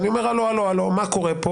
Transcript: אני אומר: הלו, מה קורה פה?